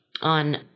on